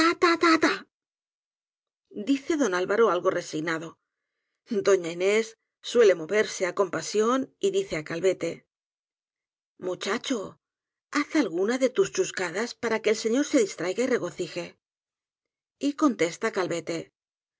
diced álvaro algo resignado doña inés suele también moverse á compasión y dice á calvete muchacho haz alguna de tus chuscadas para que el señor se distraiga y regocije y contesta calvete